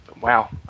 Wow